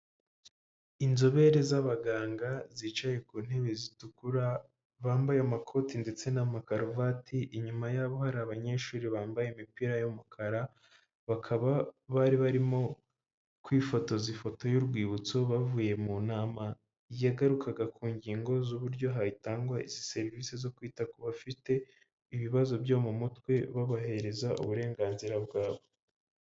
Inzobere z'abaganga zicaye ku ntebe zitukura, bambaye amakote ndetse n'amakaruvati, inyuma yabo hari abanyeshuri bambaye imipira y'umukara, bakaba bari barimo kwifotoza ifoto y'urwibutso bavuye mu nama, yagarukaga ku ngingo z'uburyo hatangwa izi serivise zo kwita ku bafite ibibazo byo mu mutwe, babahereza uburenganzira bwabo.